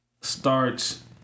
starts